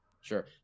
Sure